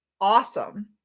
Awesome